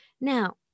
Now